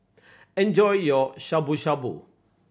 enjoy your Shabu Shabu